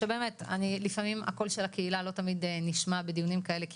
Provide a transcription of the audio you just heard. שבאמת לפעמים הקול של הקהילה לא תמיד נשמע בדיונים כאלה כי